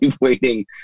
waiting